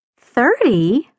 Thirty